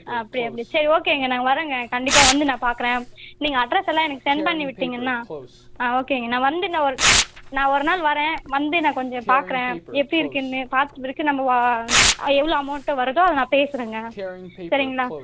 ஆ அப்படியாங்க சரி ஓகேங்க நாங்கள் வரோங்க கண்டிப்பாக வந்து நான் பார்க்குறேன் நீங்கள் அட்ரஸ்ஸெல்லாம் எனக்கு செண்ட் பண்ணி விட்டிங்கன்னால் ஆ ஓகேங்க நான் வந்து நான் ஒரு நான் ஒரு நாள் வரேன் வந்து நான் கொஞ்சம் பார்க்குறேன் எப்படி இருக்குதுன்னு பார்த்த பிறகு நம்ப எவ்வளோ அமௌண்ட்டு வருதோ நான் பேசுகிறேங்க சரிங்களா